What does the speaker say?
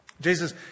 Jesus